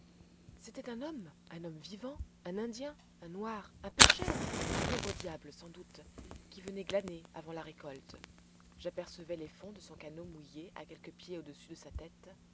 c'était un homme un homme vivant un indien un noir un pêcheur un pauvre diable sans doute qui venait glaner avant la récolte j'apercevais les fonds de son canot mouillé à quelques pieds au-dessus de sa tête